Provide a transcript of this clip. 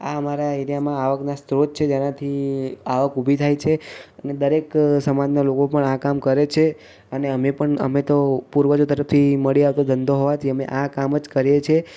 આ અમારા એરિયામાં આવકના સ્ત્રોત છે જેનાથી આવક ઊભી થાય છે અને દરેક સમાજના લોકો પણ આ કામ કરે છે અને અમે પણ અમે તો પૂર્વજો તરફથી મળી આવતો ધંધો હોવાથી અમે આ કામ જ કરીએ છીએ